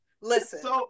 Listen